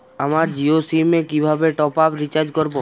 আমার জিও সিম এ কিভাবে টপ আপ রিচার্জ করবো?